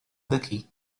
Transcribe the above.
daqui